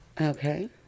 Okay